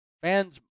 fans